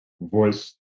voice